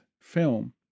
film